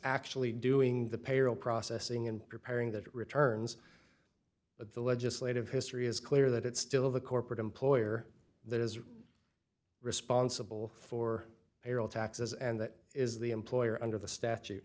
actually doing the payroll processing and preparing that returns but the legislative history is clear that it's still the corporate employer that is responsible for payroll taxes and that is the employer under the statu